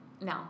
No